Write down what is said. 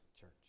church